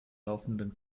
laufenden